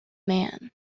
man